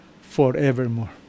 forevermore